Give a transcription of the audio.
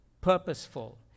purposeful